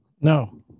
no